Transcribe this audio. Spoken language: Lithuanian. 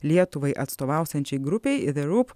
lietuvai atstovausiančiai grupei the roop